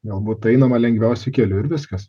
galbūt einama lengviausiu keliu ir viskas